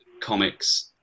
comics